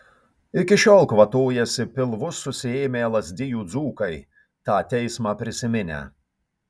iki šiol kvatojasi pilvus susiėmę lazdijų dzūkai tą teismą prisiminę